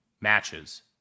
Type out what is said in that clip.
matches